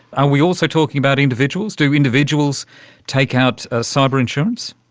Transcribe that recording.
and we also talking about individuals? do individuals take out ah cyber insurance?